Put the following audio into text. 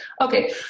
Okay